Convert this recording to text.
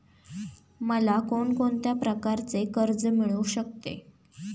मला कोण कोणत्या प्रकारचे कर्ज मिळू शकते?